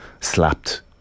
slapped